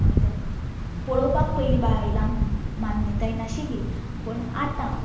आनी तें पळोवपाक पयलीं बायलांक मान्यताय नाशिल्लीं पूण आतां